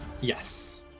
Yes